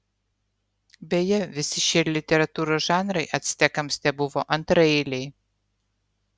beje visi šie literatūros žanrai actekams tebuvo antraeiliai